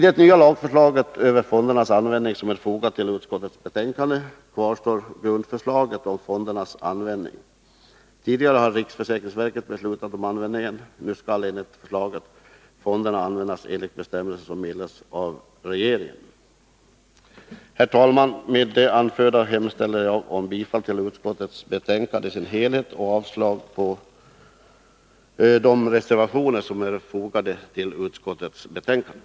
I det nya lagförslag om fondmedlens användning som är fogat till utskottsbetänkandet kvarstår grundförslaget om medlens användning. Tidigare har riksförsäkringsverket beslutat om detta. Nu skall enligt förslaget fondens kapital och avkastning användas enligt bestämmelser som meddelas av regeringen. Herr talman! Med det anförda yrkar jag bifall till utskottets hemställan på samtliga punkter, och jag yrkar avslag på de reservationer som är fogade till utskottsbetänkandet.